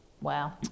Wow